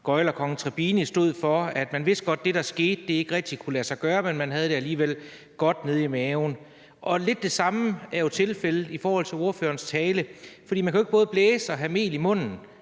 gøglerkongen Tribini stod for. Man vidste godt, at det, der skete, ikke rigtig kunne lade sig gøre, men man havde det alligevel godt nede i maven. Og lidt det samme er tilfældet i forhold til ordførerens tale, for man kan jo ikke både blæse og have mel i munden.